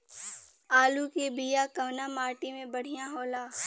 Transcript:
आलू के बिया कवना माटी मे बढ़ियां होला?